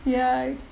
ya